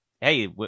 hey